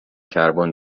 کربن